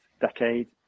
decade